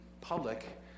public